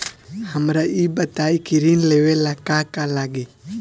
हमरा ई बताई की ऋण लेवे ला का का लागी?